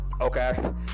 Okay